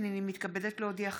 הינני מתכבדת להודיעכם,